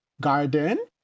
garden